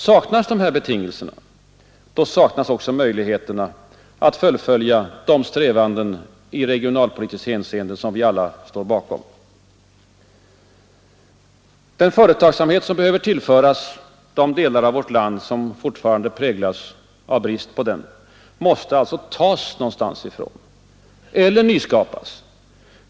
Saknas dessa betingelser, saknas också möjligheterna att fullfölja de strävanden i regionalpolitiskt hänseende som vi alla står bakom. Den företagsamhet som behöver tillföras de delar av vårt land som fortfarande präglas av brist på den måste alltså tas någonstans ifrån eller nyskapas.